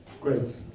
Great